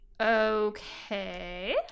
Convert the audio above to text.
Okay